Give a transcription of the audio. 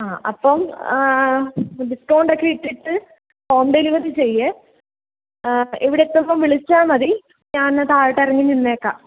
ആ അപ്പം ഡിസ്കൗണ്ടൊക്കെ ഇട്ടിട്ട് ഹോം ഡെലിവറി ചെയ്യേ ആ ഇവിടെത്തുമ്പം വിളിച്ചാൽ മതി ഞാൻ താഴോട്ടിറങ്ങി നിന്നേക്കാം